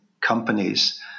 companies